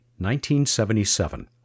1977